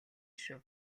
шүү